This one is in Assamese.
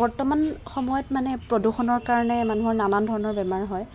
বৰ্তমান সময়ত মানে প্ৰদূষণৰ কাৰণে মানুহৰ নানান ধৰণৰ বেমাৰ হয়